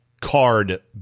Card